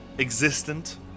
existent